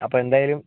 അപ്പം എന്തായാലും